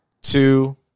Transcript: two